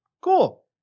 Cool